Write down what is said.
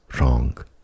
wrong